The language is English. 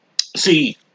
see